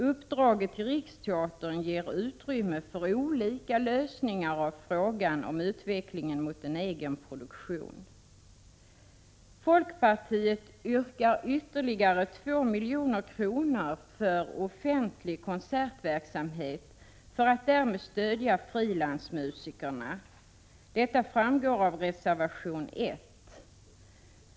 Uppdraget till Riksteatern ger utrymme för olika lösningar av frågan om utvecklingen mot en egen produktion. Folkpartiet yrkar ytterligare 2 milj.kr. för offentlig konsertverksamhet för att därmed stödja frilansmusikerna. Detta framgår av reservation 1.